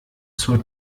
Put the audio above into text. zur